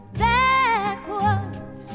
backwards